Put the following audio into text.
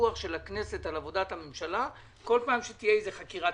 הפיקוח של הכנסת על עבודת הממשלה בכל פעם שתהיה איזו חקירת